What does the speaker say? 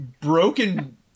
broken